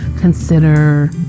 consider